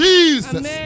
Jesus